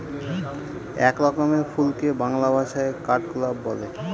এক রকমের ফুলকে বাংলা ভাষায় কাঠগোলাপ বলে